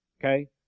Okay